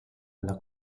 alla